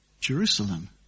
Jerusalem